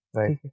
right